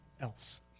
else